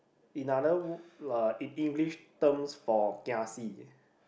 in other w~ uh in English terms for kiasi